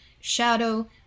shadow